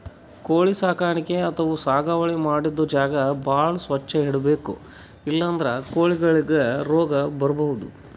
ಕೋಳಿ ಸಾಕಾಣಿಕೆ ಅಥವಾ ಸಾಗುವಳಿ ಮಾಡದ್ದ್ ಜಾಗ ಭಾಳ್ ಸ್ವಚ್ಚ್ ಇಟ್ಕೊಬೇಕ್ ಇಲ್ಲಂದ್ರ ಕೋಳಿಗೊಳಿಗ್ ರೋಗ್ ಬರ್ಬಹುದ್